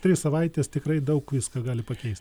trys savaitės tikrai daug visko gali pakeist